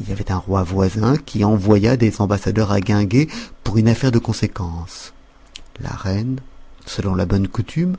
il y avait un roi voisin qui envoya des ambassadeurs à guinguet pour une affaire de conséquence la reine selon sa bonne coutume